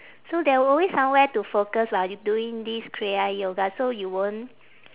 so there will always somewhere to focus while y~ doing this kriya yoga so you won't